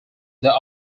there